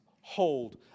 hold